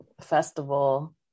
festival